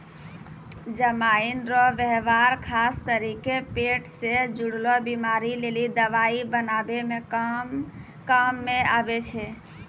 जमाइन रो वेवहार खास करी के पेट से जुड़लो बीमारी लेली दवाइ बनाबै काम मे आबै छै